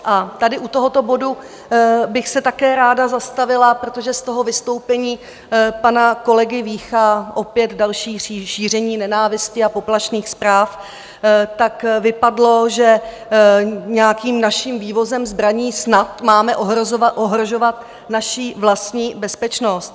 A tady u tohoto bodu bych se také ráda zastavila, protože z toho vystoupení pana kolegy Vícha opět další šíření nenávisti a poplašných zpráv vypadlo, že nějakým naším vývozem zbraní snad máme ohrožovat naši vlastní bezpečnost.